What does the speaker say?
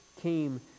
came